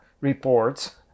reports